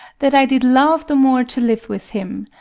that i did love the moor to live with him,